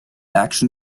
action